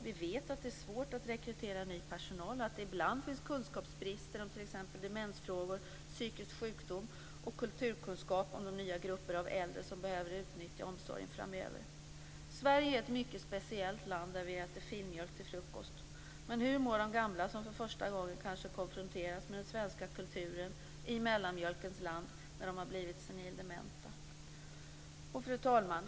Vi vet att det är svårt att rekrytera ny personal och att det ibland finns kunskapsbrister om t.ex. demensfrågor, psykisk sjukdom och kulturkunskap om de nya grupper av äldre som behöver utnyttja omsorgen framöver. Sverige är ett mycket speciellt land där vi äter filmjölk till frukost. Men hur mår de gamla som för första gången kanske konfronters med den svenska kulturen i mellanmjölkens land när de har blivit senildementa? Fru talman!